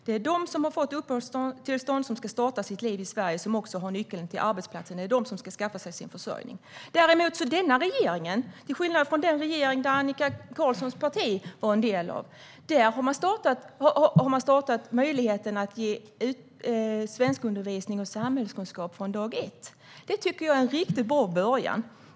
Det är de som har fått uppehållstillstånd och som ska starta sitt liv i Sverige som också har nyckeln till arbetsplatserna. Det är dessa människor som ska skaffa sig sin försörjning. Däremot har denna regering, till skillnad från den regering som Annika Qarlssons parti var en del av, börjat ge människor möjlighet till undervisning i svenska och samhällskunskap från dag ett. Det tycker jag är en riktigt bra början.